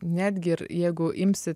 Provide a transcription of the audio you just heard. netgi ir jeigu imsi